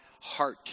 heart